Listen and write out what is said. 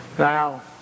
Now